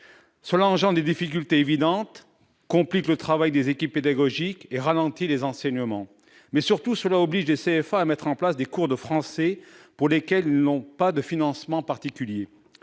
Cela suscite des difficultés évidentes, complique le travail des équipes pédagogique et ralentit les enseignements. Surtout, cela oblige les CFA à mettre en place des cours de français pour lesquels ils n'ont pas de financements particuliers.